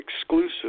exclusive